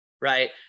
right